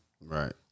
right